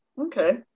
Okay